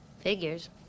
figures